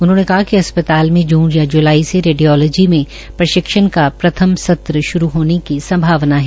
उन्होंने कहा कि अस्पताल में जून या जुलाई से रेडियोलोजी मे प्रशिक्षण का प्रथम सत्र शुरू होने की संभावना है